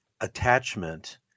attachment